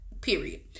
period